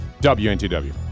WNTW